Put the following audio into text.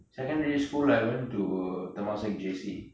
secondary school I went to temasek J_C